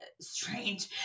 strange